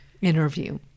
interview